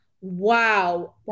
Wow